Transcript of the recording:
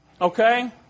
Okay